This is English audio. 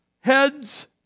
heads